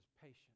patient